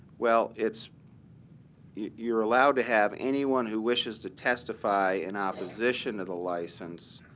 well, it's you're allowed to have anyone who wishes to testify in opposition to the license,